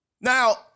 Now